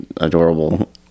adorable